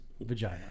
vagina